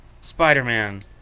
Spider-Man